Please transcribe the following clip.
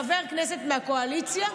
חבר כנסת מהקואליציה,